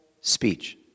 speech